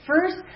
First